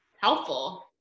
helpful